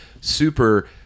super